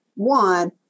One